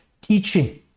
teaching